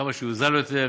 כמה שיוזל יותר,